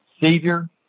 savior